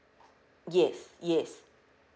yes yes